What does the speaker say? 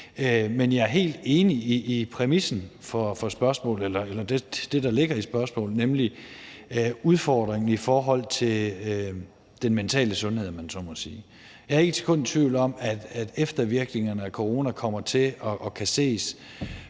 Men jeg er helt enig i præmissen for spørgsmålet eller det, der ligger i spørgsmålet, nemlig udfordringen i forhold til den mentale sundhed, om man så må sige. Jeg er ikke et sekund i tvivl om, at eftervirkningerne af corona kommer til at kunne ses